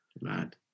mad